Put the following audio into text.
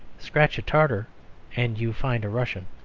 scratch a tartar and you find a russian.